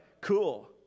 cool